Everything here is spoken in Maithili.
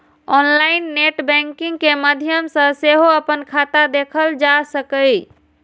ऑनलाइन नेट बैंकिंग के माध्यम सं सेहो अपन खाता देखल जा सकैए